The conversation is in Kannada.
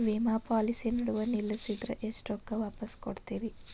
ವಿಮಾ ಪಾಲಿಸಿ ನಡುವ ನಿಲ್ಲಸಿದ್ರ ಎಷ್ಟ ರೊಕ್ಕ ವಾಪಸ್ ಕೊಡ್ತೇರಿ?